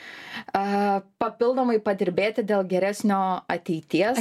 a papildomai padirbėti dėl geresnio ateities